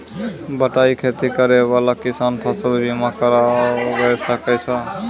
बटाई खेती करै वाला किसान फ़सल बीमा करबै सकै छौ?